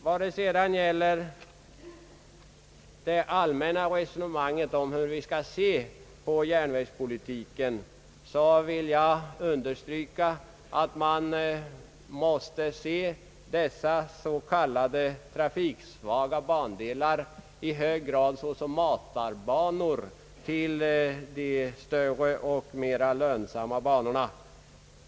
Vad sedan beträffar det allmänna resonemanget om hur vi skall se på järnvägspolitiken, vill jag understryka att man måste se dessa s.k. trafiksvaga bandelar i hög grad såsom matarbanor till de större och mera lönsamma banorna.